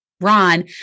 Ron